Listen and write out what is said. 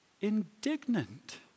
indignant